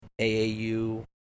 aau